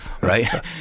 right